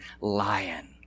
lion